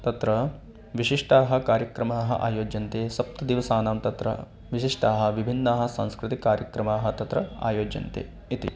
तत्र विशिष्टाः कार्यक्रमाः आयोज्यन्ते सप्तदिवसानां तत्र विशिष्टाः विभिन्नाः सांस्कृतिक कार्यक्रमाः तत्र आयोज्यन्ते इति